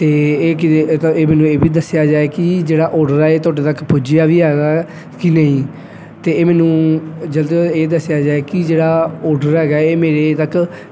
ਅਤੇ ਇਹ ਕਿਤੇ ਇਹ ਤਾਂ ਇਹ ਮੈਨੂੰ ਇਹ ਵੀ ਦੱਸਿਆ ਜਾਵੇ ਕਿ ਜਿਹੜਾ ਔਡਰ ਆ ਇਹ ਤੁਹਾਡੇ ਤੱਕ ਪੁੱਜਿਆ ਵੀ ਹੈਗਾ ਕਿ ਨਹੀਂ ਅਤੇ ਇਹ ਮੈਨੂੰ ਜਲਦ ਤੋਂ ਜਲਦ ਇਹ ਦੱਸਿਆ ਜਾਵੇ ਕਿ ਜਿਹੜਾ ਔਡਰ ਹੈਗਾ ਇਹ ਮੇਰੇ ਤੱਕ